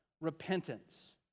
repentance